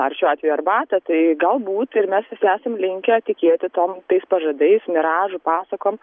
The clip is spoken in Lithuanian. ar šiuo atveju arbatą tai galbūt ir mes esam linkę tikėti tom tais pažadais miražu pasakom